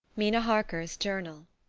mina harker's journal.